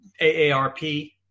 AARP